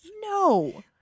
no